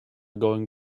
going